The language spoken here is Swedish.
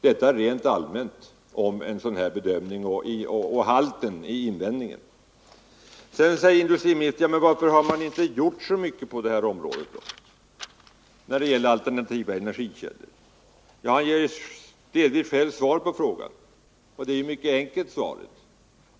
Detta rent allmänt sagt om industriministerns bedömning och värdet av hans invändning. Industriministern undrar varför man inte har gjort mer när det gäller alternativa energikällor. Han ger själv delvis svaret på frågan. Det är mycket enkelt.